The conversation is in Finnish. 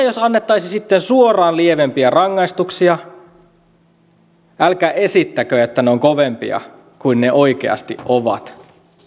jos annettaisiin sitten suoraan lievempiä rangaistuksia älkää esittäkö että ne ovat kovempia kuin ne oikeasti ovat